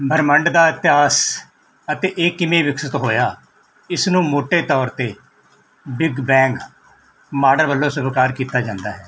ਬ੍ਰਹਿਮੰਡ ਦਾ ਇਤਿਹਾਸ ਅਤੇ ਇਹ ਕਿਵੇਂ ਵਿਕਸਿਤ ਹੋਇਆ ਇਸ ਨੂੰ ਮੋਟੇ ਤੌਰ 'ਤੇ ਬਿਗ ਬੈਂਗ ਮਾਡਲ ਵੱਲੋਂ ਸਵੀਕਾਰ ਕੀਤਾ ਜਾਂਦਾ ਹੈ